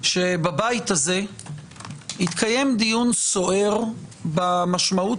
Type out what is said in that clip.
שבבית הזה התקיים דיון סוער במשמעות